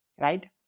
Right